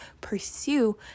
pursue